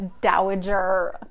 dowager